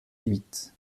huit